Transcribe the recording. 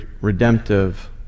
redemptive